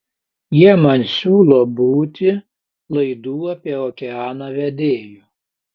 jie man siūlo būti laidų apie okeaną vedėju